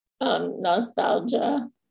nostalgia